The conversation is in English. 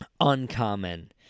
uncommon